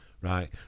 Right